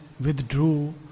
withdrew